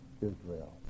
Israel